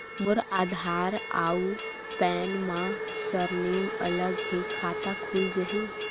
मोर आधार आऊ पैन मा सरनेम अलग हे खाता खुल जहीं?